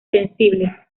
sensible